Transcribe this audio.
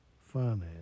finance